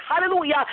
hallelujah